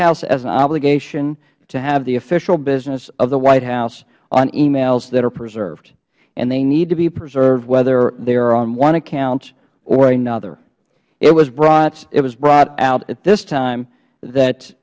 house has an obligation to have the official business of the white house on emails that are preserved and they need to be preserved whether they are on one account or another it was brought out at this time that